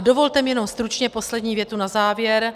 Dovolte mi jenom stručně poslední větu na závěr.